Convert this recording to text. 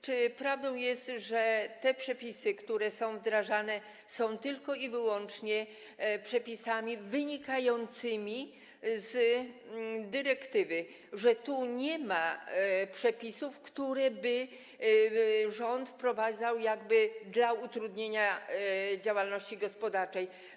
Czy prawdą jest, że te przepisy, które są wdrażane, są tylko i wyłącznie przepisami wynikającymi z dyrektywy, że tu nie ma przepisów, które rząd wprowadzałby dla utrudnienia działalności gospodarczej?